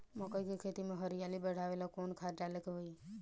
मकई के खेती में हरियाली बढ़ावेला कवन खाद डाले के होई?